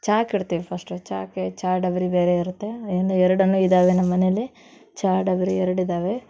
ಚಾಕ್ಕೆ ಇಡ್ತೀವಿ ಫಸ್ಟು ಚಾಕ್ಕೆ ಚಹಾ ಡಬರಿ ಬೇರೆ ಇರುತ್ತೆ ಇನ್ನು ಎರಡೂ ಇದ್ದಾವೆ ನಮ್ಮ ಮನೆಯಲ್ಲಿ ಚಹಾ ಡಬರಿ ಎರಡು ಇದ್ದಾವೆ